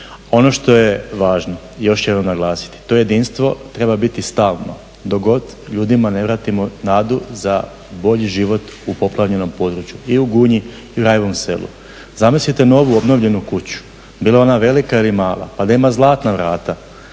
Ono što je važno još jednom naglasiti, to jedinstvo treba biti stalno dok god ljudima ne vratimo nadu za bolji život u poplavljenom području i u Gunji i u Rajevom selu. Zamislite novu obnovljenu kuću, bila ona velika i mala, pa da ima zlatna vrata,